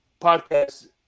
podcast